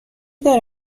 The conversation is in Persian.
داره